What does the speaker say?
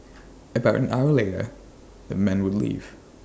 about an hour later the men would leave